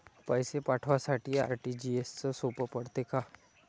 पैसे पाठवासाठी आर.टी.जी.एसचं सोप पडते का?